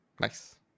Nice